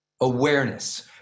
Awareness